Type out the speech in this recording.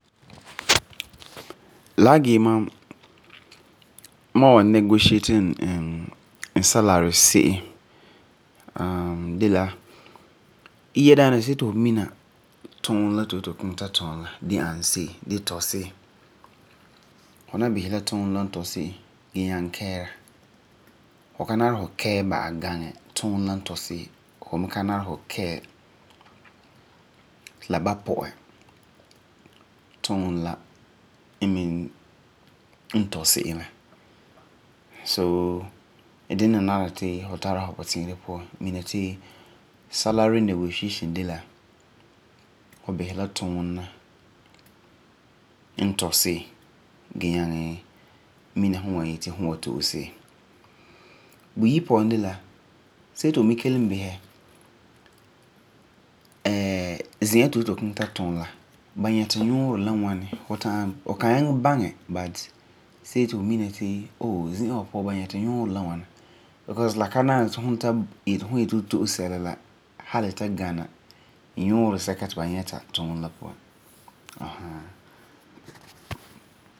La san gee ma, mam wan negotiate n salary se'em de la yia daana see ti fu mina tuuni la ti fu yeti fu kiŋɛ ta tum la n tɔi se'em n ani se'em. Fu na bisɛ la yuunɛ la n tɔi se'em gee nyaŋɛ kɛɛra. Fu ka nari fu kɛɛ ba'am gaŋɛ tuunɛ la n tɔi se'em. So, dini nari ti fu tara fu puti'irɛ puan mina ti salary negotiation de la fu bisɛ la tuunɛ la n tɔi se'em gee nyaŋɛ mina Fu yeti fu wan to'e se'em. Because la ka nari ti sum ya ywri fu yeti fu to'e sɛla hali la ta gana nyuurɔ sɛka ti ba nyɛta tuunɛ la puan.